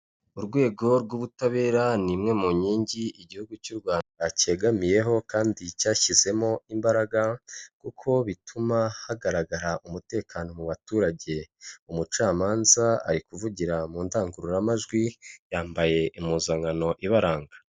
Urwego rw'ubutabera ni imwe mu nkingi igihugu cy'u Rwanda cyegamiyeho kandi cyashyizemo imbaraga, kuko bituma hagaragara umutekano mu baturage, umucamanza ari kuvugira mu ndangururamajwi, yambaye impuzankano ibaranga.